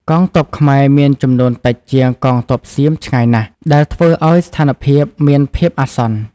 កងទ័ពខ្មែរមានចំនួនតិចជាងកងទ័ពសៀមឆ្ងាយណាស់ ដែលធ្វើឱ្យស្ថានភាពមានភាពអាសន្ន។